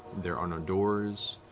there are no doors,